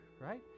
right